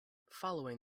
following